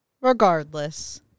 Regardless